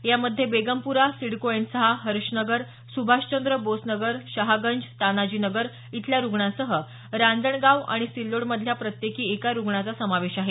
यामध्ये बेगमपुरा सिडको एन सहा हर्ष नगर सुभाषचंद्र बोस नगर शहागंज तानाजी नगर इथल्या रुग्णांसह रांजणगाव आणि सिल्लोडमधल्या प्रत्येकी एका रुग्णाचा समावेश आहे